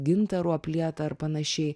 gintaru aplieta ar panašiai